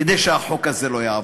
כדי שהחוק הזה לא יעבור.